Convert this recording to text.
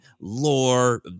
lore